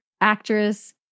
actress